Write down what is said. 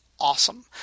Awesome